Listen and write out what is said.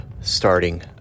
starting